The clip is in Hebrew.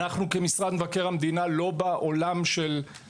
אנחנו מדברים על דברים